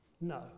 No